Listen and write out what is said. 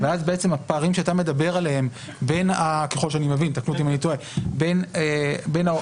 ואז הפערים שאתה מדבר עליהם --- זו השאלה,